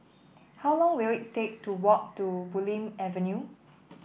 how long will it take to walk to Bulim Avenue